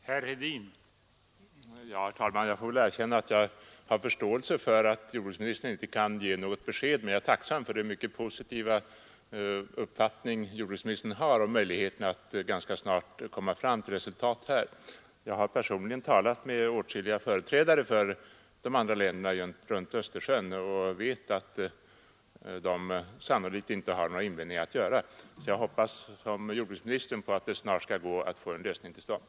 Herr talman! Jag får erkänna att jag har förståelse för att jordbruksministern inte kan ge något konkret besked om tidpunkten. Men jag är tacksam för den mycket positiva uppfattning jordbruksministern har om möjligheterna att ganska snart komma fram till resultat i detta avseende. Jag har personligen talat med åtskilliga företrädare för de andra länderna runt Östersjön, och jag vet att de sannolikt inte har några invändningar att göra. Jag hoppas som jordbruksministern att det snart skall vara möjligt att få en lösning till stånd.